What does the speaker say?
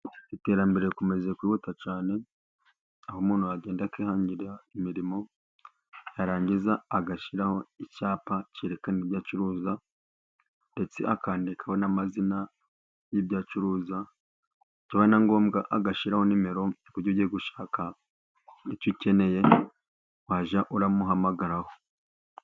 Iterambere rikomeje kwihuta cyane, aho umuntu agenda akihangira imirimo yarangiza agashyiraho icyapa cyerekana ibyo acuruza, ndetse akandikaho n'amazina y'ibyo acuruza, byaba na ngombwa agashyiraho nimero kuburyo ugiye gushaka icyo ukeneye wajya uramuhamagaraho.